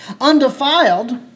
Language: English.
Undefiled